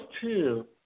two